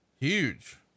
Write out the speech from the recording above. huge